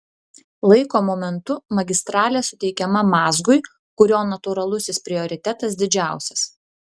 laiko momentu magistralė suteikiama mazgui kurio natūralusis prioritetas didžiausias